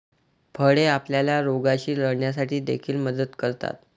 फळे आपल्याला रोगांशी लढण्यासाठी देखील मदत करतात